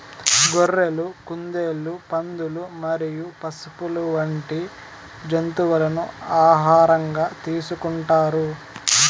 గొర్రెలు, కుందేళ్లు, పందులు మరియు పశువులు వంటి జంతువులను ఆహారంగా తీసుకుంటారు